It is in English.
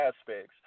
aspects